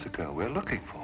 so go we're looking for